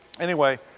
anyway,